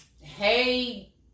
hey